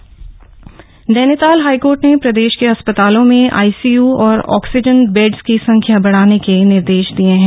high court corona निर्देश Nainital high court ने प्रदेश के अस्पतालों में आइसीयू और ऑक्सीजन बेड्स की संख्या बढ़ाने के निर्देश दिए हैं